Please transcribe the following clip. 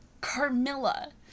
Carmilla